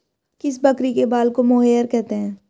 किस बकरी के बाल को मोहेयर कहते हैं?